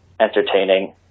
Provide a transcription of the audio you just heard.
entertaining